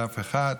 לאף אחד.